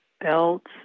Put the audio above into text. belts